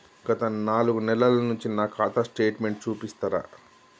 గత నాలుగు నెలల నుంచి నా ఖాతా స్టేట్మెంట్ చూపిస్తరా?